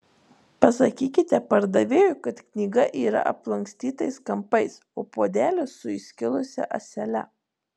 pasakykite pardavėjui kad knyga yra aplankstytais kampais o puodelis su įskilusia ąsele